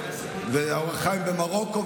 והאור החיים היה במרוקו,